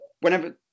whenever